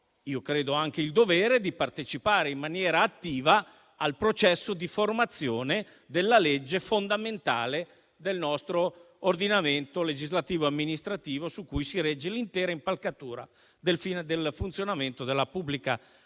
mio avviso anche il dovere di partecipare in maniera attiva al processo di formazione della legge fondamentale del nostro ordinamento legislativo e amministrativo, su cui si regge l’intera impalcatura del funzionamento della pubblica